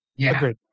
Agreed